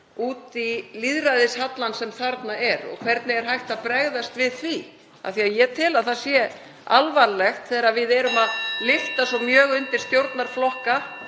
út í lýðræðishallann sem þarna er og hvernig hægt er að bregðast við honum. Af því að ég tel að það sé alvarlegt þegar við lyftum svo mjög undir stjórnarflokka